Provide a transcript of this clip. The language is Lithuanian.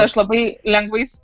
aš labai lengvais